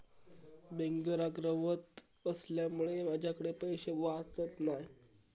बेंगलोराक रव्हत असल्यामुळें माझ्याकडे पैशे वाचत नाय